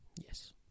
Yes